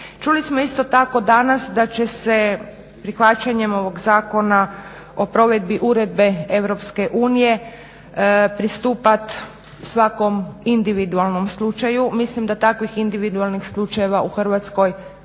Čuli smo isto tako danas da će se prihvaćanjem ovog zakona o provedbi uredbe EU pristupat svakom individualnom slučaju. Mislim da takvih individualnih slučajeva u Hrvatskoj